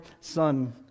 Son